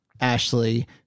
Ashley